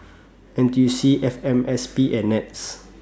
N T U C F M S P and Nets